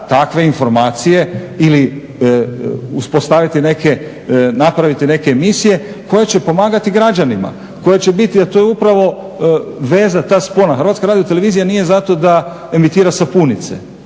takve informacije ili napraviti neke emisije koje će pomagati građanima, koje će biti, a to je upravo veza, ta spona. HRT nije zato da emitira sapunice